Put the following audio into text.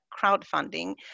crowdfunding